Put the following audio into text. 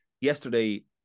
Yesterday